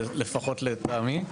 לפחות לטעמי.